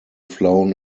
flown